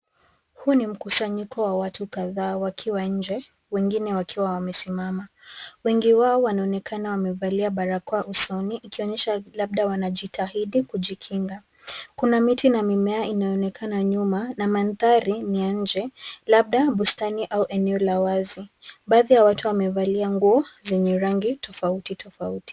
Huu ni mkusanyiko wa watu kadhaa wakiwa nje. Wengine wakiwa wamesimama. Wengi wao wanaonekana wamevalia barakoa usoni ikionyesha labda wanajitahidi kujikinga. Kuna miti na mimea inaonekana nyuma na mandhari ni ya nje labda bustani au eneo la wazi. Baadhi ya watu wamevalia nguo zenye rangi tofauti tofauti.